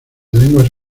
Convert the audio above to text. lenguas